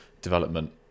development